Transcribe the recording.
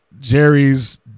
Jerry's